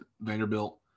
Vanderbilt